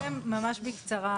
רק ברשותכם, ממש בקצרה.